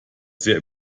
sehr